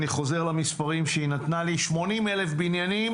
אני חוזר למספרים שהיא נתנה לי: 80,000 בניינים